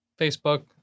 facebook